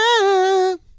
love